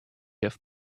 have